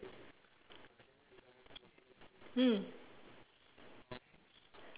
mm